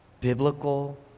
biblical